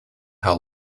how